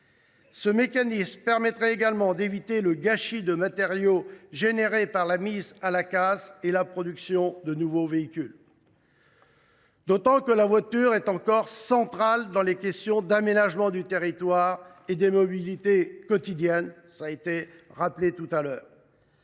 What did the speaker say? Ce mécanisme permettrait également d’éviter le gâchis de matériaux entraîné par la mise à la casse et la production de nouveaux véhicules. La voiture reste centrale dans les questions d’aménagement du territoire et des mobilités quotidiennes. Alors que le